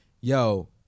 Yo